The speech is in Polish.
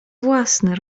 własny